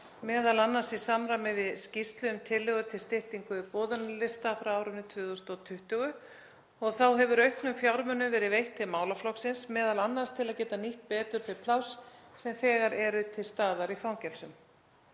m.a. í samræmi við skýrslu um tillögur til styttingar boðunarlista frá árinu 2020 og þá hefur auknum fjármunum verið veitt til málaflokksins, m.a. til að geta nýtt betur þau pláss sem þegar eru til staðar í fangelsum.